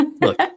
Look